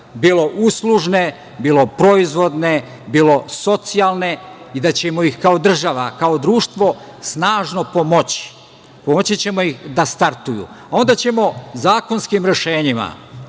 bilo uslužne, bilo proizvodne, bilo socijalne, i da ćemo ih kao država i kao društvo, snažno pomoći. Pomoći ćemo ih da startuju, a onda ćemo zakonskim rešenjima